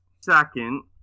second